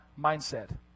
mindset